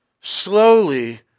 slowly